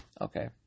okay